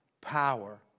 power